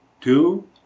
two